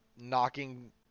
knocking